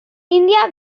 índia